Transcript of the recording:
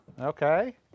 Okay